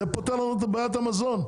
זה פותר לנו את בעיה המזון,